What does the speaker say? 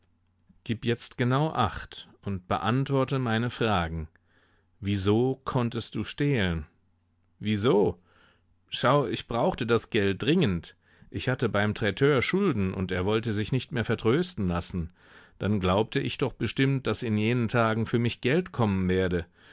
gib jetzt genau acht und beantworte meine fragen wieso konntest du stehlen wieso schau ich brauchte das geld dringend ich hatte beim traiteur schulden und er wollte sich nicht mehr vertrösten lassen dann glaubte ich doch bestimmt daß in jenen tagen für mich geld kommen werde